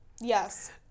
yes